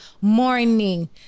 morning